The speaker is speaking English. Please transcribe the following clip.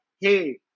hey